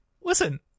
listen